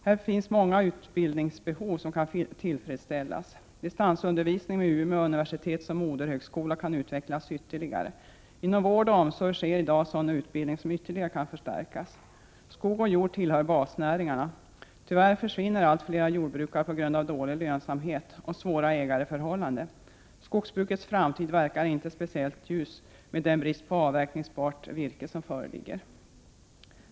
Här finns många utbildningsbehov som kan tillfredsställas. Distansundervisning med Umeå universitet som moderhögskola kan utvecklas ytterligare. Inom vård och omsorg sker i dag sådan utbildning som ytterligare kan förstärkas. Skog och jord tillhör basnäringarna. Tyvärr 89 försvinner allt flera jordbrukare på grund av dålig lönsamhet och svåra ägareförhållanden. Skogsbrukets framtid verkar inte speciellt ljus med den brist på avverkningsbart virke som föreligger.